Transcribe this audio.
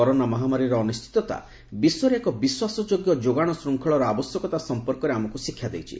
corona ମହାମାରୀର ଅନିଶ୍ଚିତତା ବିଶ୍ୱରେ ଏକ ବିଶ୍ୱାସ ଯୋଗ୍ୟ ଯୋଗାଣ ଶୃଙ୍ଖଳର ଆବଶ୍ୟକତା ସମ୍ପର୍କରେ ଆମକୁ ଶିକ୍ଷା ଦେଇଛି